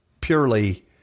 purely